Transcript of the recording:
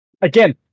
again